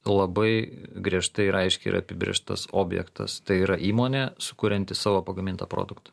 labai griežtai ir aiškiai yra apibrėžtas objektas tai yra įmonė sukurianti savo pagamintą produktą